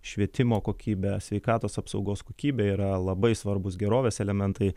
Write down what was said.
švietimo kokybė sveikatos apsaugos kokybė yra labai svarbūs gerovės elementai